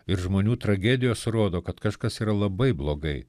ir žmonių tragedijos rodo kad kažkas yra labai blogai